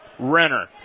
Renner